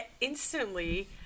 instantly